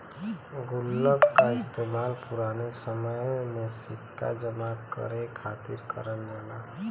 गुल्लक का इस्तेमाल पुराने समय में सिक्का जमा करे खातिर करल जात रहल